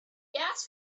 gas